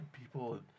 people